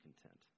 content